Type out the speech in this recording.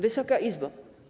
Wysoka Izbo!